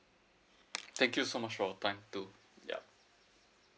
thank you so much for your time too ya